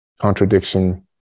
contradiction